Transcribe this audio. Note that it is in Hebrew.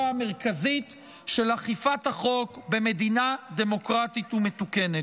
המרכזית של אכיפת החוק במדינה דמוקרטית ומתוקנת.